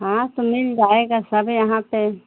हाँ तो मिल जाएगा सब यहाँ पर